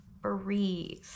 Breathe